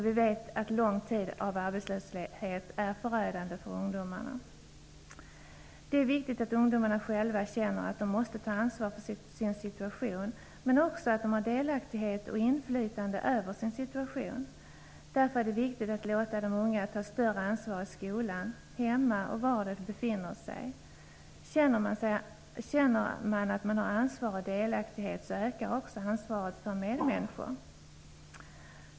Vi vet att lång tid av arbetslöshet är förödande för ungdomarna. Det är viktigt att ungdomarna själva känner att de måste ta ansvar för sin situation, men också att de har delaktighet i och inflytande över sin situation. Därför är det viktigt att låta de unga ta större ansvar i skolan, hemma och var de befinner sig. Känner man ansvar och delaktighet, ökar också ansvaret för medmänniskor.